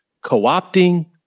co-opting